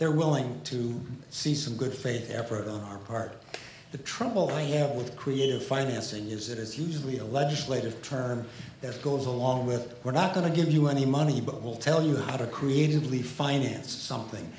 they're willing to see some good faith effort on our part the trouble they have with creative financing is it is usually a legislative term that goes along with we're not going to give you any money but we'll tell you how to creatively finance something